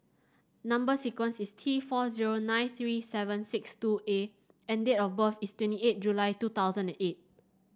number sequence is T four zero nine three seven six two A and date of birth is twenty eight July two thousand and eight